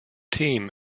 team